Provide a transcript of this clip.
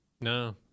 No